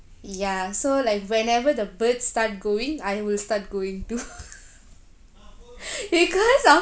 ya so like whenever the birds start going I will start going too because